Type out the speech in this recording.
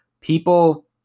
people